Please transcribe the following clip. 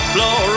Floor